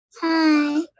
Hi